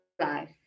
life